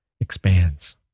expands